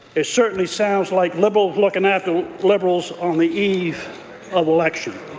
it certainly sounds like liberals looking after liberals on the eve of election.